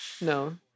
no